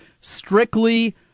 strictly